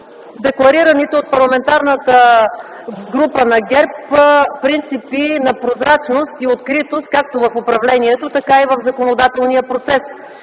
декларираните от Парламентарната група на ГЕРБ принципи на прозрачност и откритост както в управлението, така и в законодателния процес.